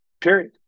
period